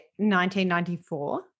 1994